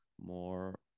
more